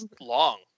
long